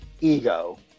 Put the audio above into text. ego